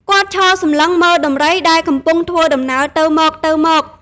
គាត់ឈរសម្លឹងមើលដំរីដែលកំពុងធ្វើដំណើរទៅមកៗ ។